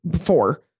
four